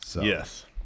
Yes